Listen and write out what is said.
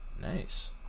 nice